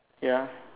ya